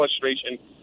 frustration